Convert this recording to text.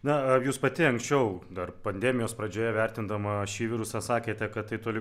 na ar jūs pati anksčiau dar pandemijos pradžioje vertindama šį virusą sakėte kad tai toli